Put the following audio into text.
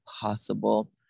possible